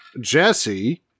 Jesse